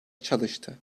çalıştı